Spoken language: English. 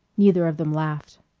neither of them laughed.